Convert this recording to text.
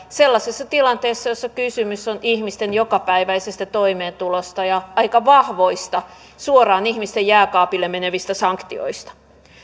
sellaisessa tilanteessa jossa kysymys on ihmisten jokapäiväisestä toimeentulosta ja aika vahvoista suoraan ihmisten jääkaapille menevistä sanktioista